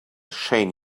shane